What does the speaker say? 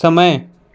समय